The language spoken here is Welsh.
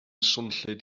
swnllyd